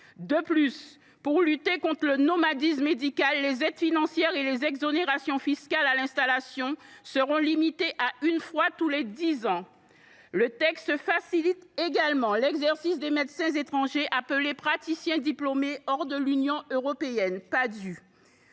De plus, pour lutter contre le nomadisme médical, les aides financières et les exonérations fiscales à l’installation seront limitées à une fois tous les dix ans. Le texte facilite également l’exercice des médecins étrangers, appelés Padhue. Le groupe RDPI proposera